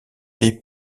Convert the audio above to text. des